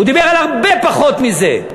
הוא דיבר על הרבה פחות מזה.